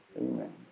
Amen